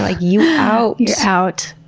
like you out. you're out.